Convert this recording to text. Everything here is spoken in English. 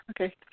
Okay